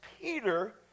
Peter